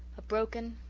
a broken,